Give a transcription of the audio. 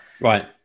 right